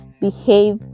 behave